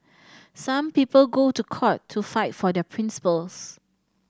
some people go to court to fight for their principles